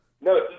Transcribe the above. No